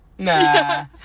Nah